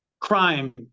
crime